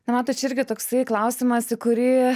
na matot čia irgi toksai klausimas į kurį